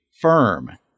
firm